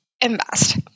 invest